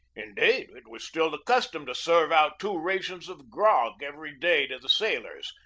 indeed, it was still the cus tom to serve out two rations of grog every day to the sailors,